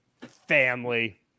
Family